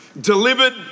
delivered